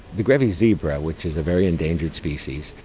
the grevy's zebra which is a very endangered species,